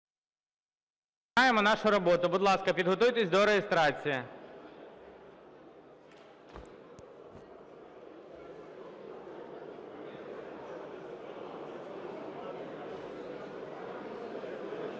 підготуйтесь до реєстрації.